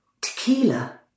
tequila